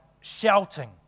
shouting